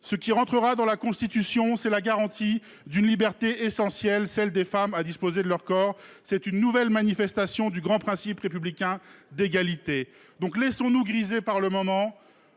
Ce qui rentrera dans la Constitution, c’est la garantie d’une liberté essentielle, celle des femmes à disposer de leur corps. C’est une nouvelle manifestation du grand principe républicain d’égalité. Laissons nous griser par le moment,